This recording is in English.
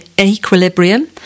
equilibrium